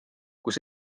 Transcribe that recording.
kus